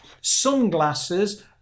sunglasses